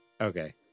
Okay